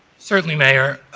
certainly, mayor.